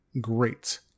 great